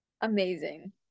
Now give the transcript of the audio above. Amazing